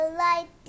light